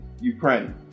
Ukraine